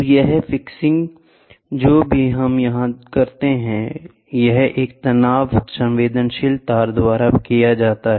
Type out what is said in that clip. तो यह फिक्सिंग जो भी हम यहां करते हैं यह एक तनाव संवेदनशील तार द्वारा किया जाता है